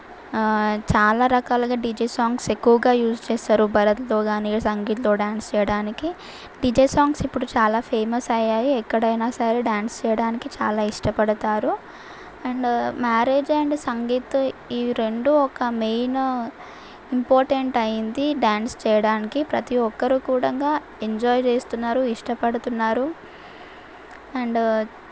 చాలా రకాలుగా DJ songs ఎక్కువగా యూజ్ చేస్తారు బారత్తో కానీ సంగీత్లో డాన్స్ చేయడానికి డిజె సాంగ్స్ ఇప్పుడు చాలా ఫేమస్ అయ్యాయి ఎక్కడైనా సరే డాన్స్ చేయడానికి చాలా ఇష్టపడతారు అండ్ మ్యారేజ్ అండ్ సంగీత్ ఈ రెండు ఒక మెయిన్ ఇంపార్టెంట్ అయింది డాన్స్ చేయడానికి ప్రతీ ఒక్కరు కూడా ఎంజాయ్ చేస్తున్నారు ఇష్టపడుతున్నారు అండ్